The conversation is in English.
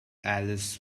allis